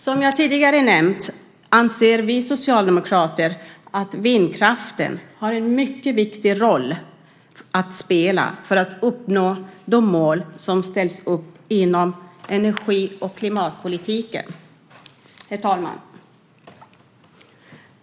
Som jag tidigare nämnt anser vi socialdemokrater att vindkraften har en mycket viktig roll att spela när det gäller att uppnå de mål som sätts upp inom energi och klimatpolitiken. Herr talman!